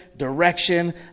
direction